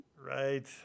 Right